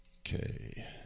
Okay